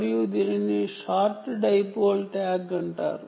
మరియు దీనిని short dipole tag అంటారు